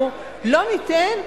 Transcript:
אנחנו לא ניתן,